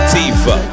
Tifa